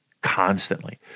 constantly